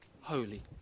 holy